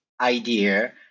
idea